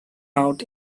out